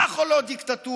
כך עולות דיקטטורות,